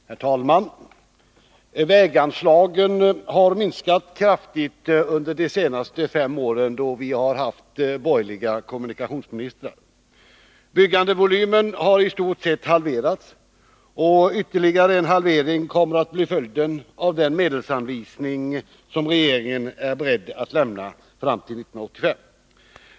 Herr talman! Väganslagen har minskat kraftigt under de senaste fem åren, då vi har haft borgerliga kommunikationsministrar. Byggandevolymen har i stort sett halverats och ytterligare en halvering kommer att bli följden av den medelsanvisning som regeringen är beredd att lämna fram till 1985.